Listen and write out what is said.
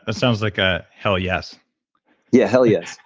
ah sounds like a hell, yes yeah, hell yes